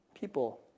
people